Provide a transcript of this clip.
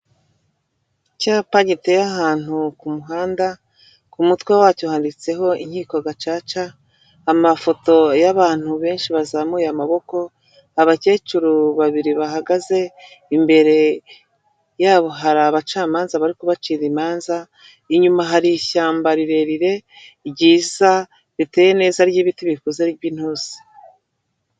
Icyapa giteye ahantu ku muhanda, ku mutwe wacyo handitseho inkiko gacaca, amafoto y'abantu benshi bazamuye amaboko, abakecuru babiri bahagaze, imbere yabo hari abacamanza bari kubacira imanza, inyuma hari ishyamba rirerire ryiza riteye neza ry'ibiti bikuze by'intusi.